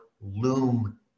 loom